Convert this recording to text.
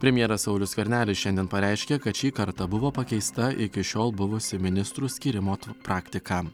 premjeras saulius skvernelis šiandien pareiškė kad šį kartą buvo pakeista iki šiol buvusi ministrų skyrimo praktika